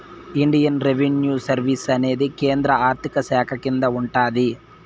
Indian revenue service అనేది కేంద్ర ఆర్థిక శాఖ కింద ఉంటాది